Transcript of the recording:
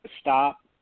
stop